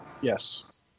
yes